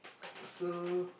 so